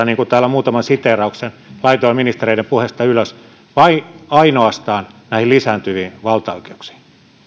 niin kuin täällä muutaman siteerauksen laitoin ministereiden puheista ylös vai ainoastaan näihin lisääntyviin valtaoikeuksiin